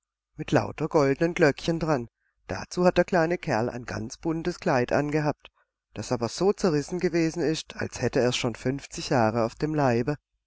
mit lauter goldenen glöckchen dran dazu hat der kleine kerl ein ganz buntes kleid angehabt das aber so zerrissen gewesen ist als hätte er's schon fünfzig jahre auf dem leibe